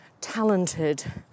talented